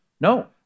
No